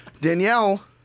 Danielle